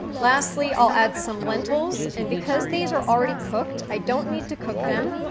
lastly i'll add some lentils. and because these are already cooked, i don't need to cook them,